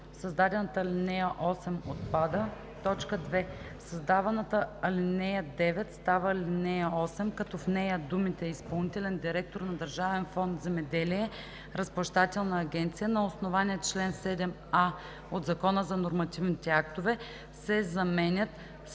Създаваната ал. 8 – отпада. 2. Създаваната ал. 9 става ал. 8, като в нея думите „Изпълнителният директор на Държавен фонд „Земеделие“ – Разплащателна агенция, на основание чл. 7а от Закона за нормативните актове“ се заменят с